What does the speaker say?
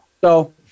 So-